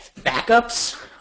backups